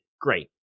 great